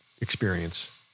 experience